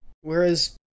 Whereas